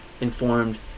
informed